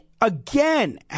again